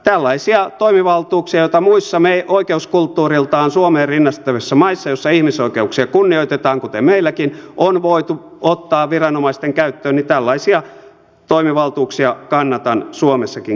tällaisia toimivaltuuksia joita muissa oikeuskulttuuriltaan suomeen rinnastettavissa maissa joissa ihmisoikeuksia kunnioitetaan kuten meilläkin on voitu ottaa viranomaisten käyttöön kannatan suomessakin käyttöön otettavaksi